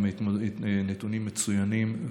נתונים מצוינים.